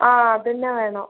ആ അതുതന്നെ വേണം